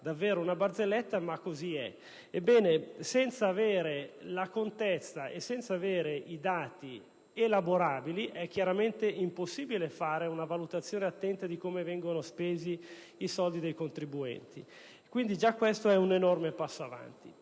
davvero una barzelletta, ma così è. Ebbene, senza avere la contezza e senza avere i dati elaborabili, è chiaramente impossibile fare una valutazione attenta di come vengono spesi i soldi dei contribuenti. Quindi già questo è un enorme passo avanti.